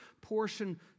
portion